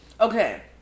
Okay